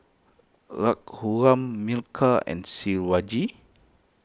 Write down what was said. Raghuram Milkha and Shivaji